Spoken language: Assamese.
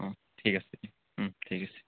ঠিক আছে ঠিক আছে